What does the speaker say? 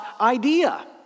idea